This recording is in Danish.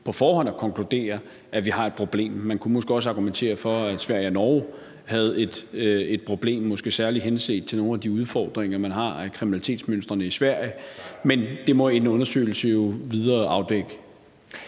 på forhånd at konkludere, at vi har et problem. Man kunne måske også argumentere for, at Sverige og Norge havde et problem – måske særlig henset til nogle af de udfordringer, man har i forbindelse med kriminalitetsmønstrene i Sverige, men det må en undersøgelse jo videre afdække.